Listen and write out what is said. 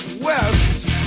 west